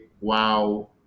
wow